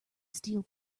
steel